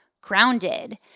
grounded